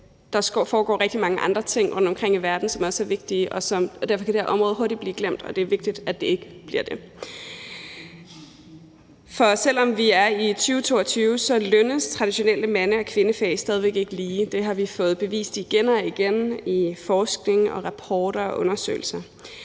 Der foregår rigtig mange andre ting rundtomkring i verden, som også er vigtige, og derfor kan det her område hurtigt blive glemt, og det er vigtigt, at det ikke bliver det. Selv om vi er i 2022, lønnes traditionelle mande- og kvindefag stadig væk ikke lige. Det har vi fået bevist igen og igen i forskning, rapporter og undersøgelser.